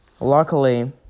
luckily